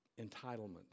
Entitlement